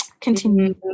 Continue